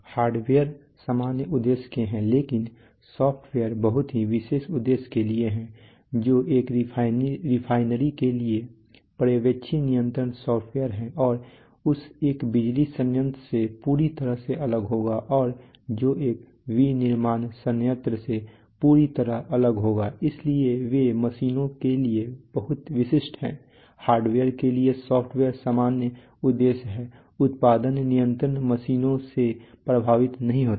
hardware सामान्य उद्देश्य है लेकिन सॉफ्टवेयर बहुत ही विशेष उद्देश्य के लिए है जो एक रिफाइनरी के लिए पर्यवेक्षी नियंत्रण सॉफ्टवेयर है और उस एक बिजली संयंत्र से पूरी तरह से अलग होगा और जो एक विनिर्माण संयंत्र से पूरी तरह अलग होगा इसलिए वे मशीनों के लिए बहुत विशिष्ट हैं हार्डवेयर के लिए सॉफ्टवेयर सामान्य उद्देश्य है उत्पादन नियंत्रण मशीनों से प्रभावित नहीं होता है